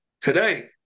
today